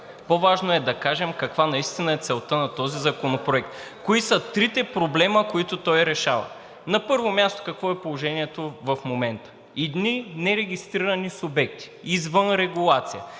По-важно е да кажем каква наистина е целта на този законопроект, кои са трите проблема, които той решава. На първо място, какво е положението в момента? Едни нерегистрирани субекти, извън регулация,